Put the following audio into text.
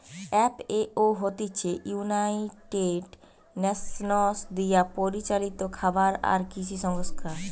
FAO হতিছে United Nations দিয়া পরিচালিত খাবার আর কৃষি সংস্থা